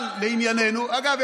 אבל לענייננו, אגב,